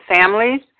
families